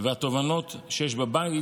והתובנות שיש בבית